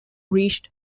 reached